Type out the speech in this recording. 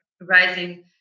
rising